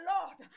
Lord